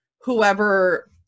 whoever